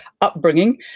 upbringing